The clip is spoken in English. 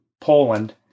Poland